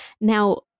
Now